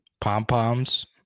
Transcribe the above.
Pom-poms